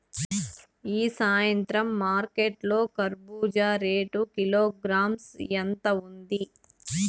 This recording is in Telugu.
ఈ సాయంత్రం మార్కెట్ లో కర్బూజ రేటు కిలోగ్రామ్స్ ఎంత ఉంది?